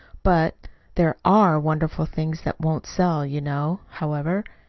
but there are wonderful things that won't sell, you know. however,